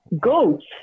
Goats